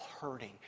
hurting